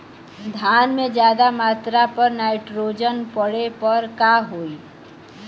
धान में ज्यादा मात्रा पर नाइट्रोजन पड़े पर का होई?